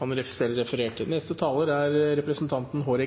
han refererte til. Utenriks- og forsvarskomiteen har